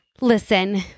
listen